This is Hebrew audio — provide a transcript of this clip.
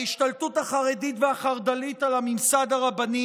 ההשתלטות החרדית והחרד"לית על הממסד הרבני